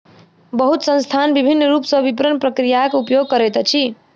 बहुत संस्थान विभिन्न रूप सॅ विपरण प्रक्रियाक उपयोग करैत अछि